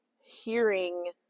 hearing